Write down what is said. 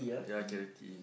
ya charity